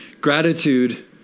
Gratitude